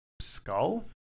skull